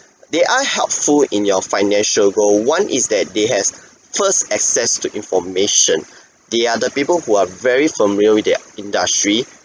they are helpful in your financial goal one is that they has first access to information they are the people who are very familiar with their industry